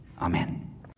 Amen